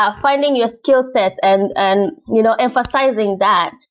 ah finding your skillsets and and you know emphasizing that.